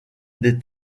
des